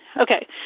okay